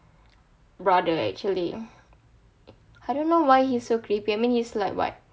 brother actually I don't know why he's so creepy I mean he is like what